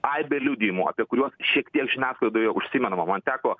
aibė liudijimų apie kuriuos šiek tiek žiniasklaidoje užsimenama man teko